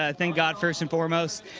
ah thank god first and foremost.